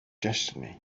destiny